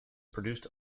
produced